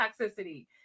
toxicity